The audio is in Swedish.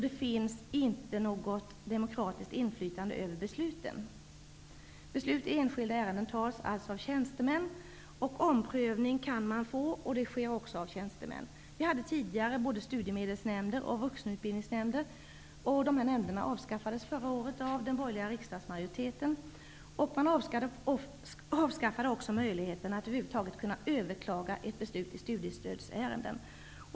Det förekommer inte något demokratiskt inflytande över besluten. Beslut i enskilda ärenden fattas alltså av tjänstemän. Man kan få omprövning, och denna görs också av tjänstemän. Tidigare hade vi både studiemedelsnämnder och vuxenutbildningsnämnder, men dessa nämnder avskaffades förra året av den borgerliga riksdagsmajoriteten. Man avskaffade också möjligheten att över huvud taget överklaga beslut i studiestödsärenden.